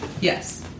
Yes